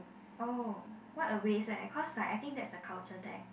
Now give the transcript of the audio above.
oh what a waste eh cause like I think that's the culture there